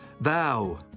thou